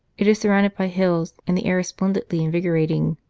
it is surrounded by hills, and the air is splendidly invigorating.